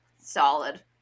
solid